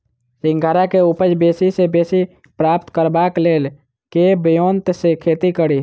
सिंघाड़ा केँ उपज बेसी सऽ बेसी प्राप्त करबाक लेल केँ ब्योंत सऽ खेती कड़ी?